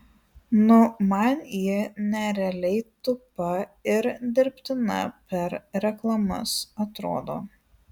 nu man ji nerealiai tupa ir dirbtina per reklamas atrodo